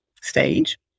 stage